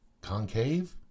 concave